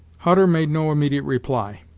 hutter made no immediate reply.